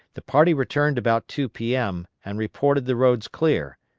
the party returned about two p m. and reported the roads clear,